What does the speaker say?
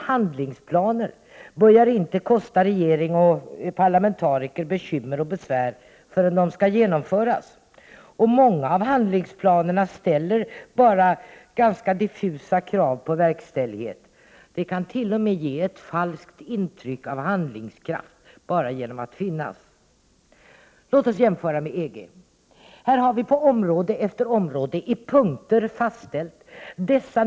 Handlingsplaner börjar inte kosta regeringen och parlamentariker bekymmer och besvär förrän de skall genomföras, och många av handlingsplanerna ställer bara diffusa krav på verkställighet. De kan t.o.m. ge ett falskt intryck av handlingskraft bara genom att de finns. Låt oss jämföra med EG. Här har vi på område efter område i punkter fastställt planerna.